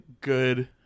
good